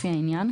לפי העניין,